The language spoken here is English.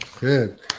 good